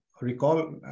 recall